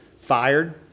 fired